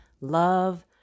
love